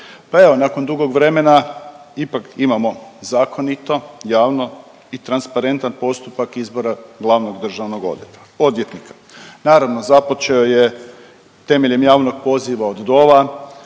Pa evo nakon dugog vremena ipak imamo zakonito, javno i transparentan postupak izbora glavnog državnog odvjetnika. Naravno započeo je temeljem javnog poziva od